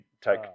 take